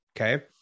okay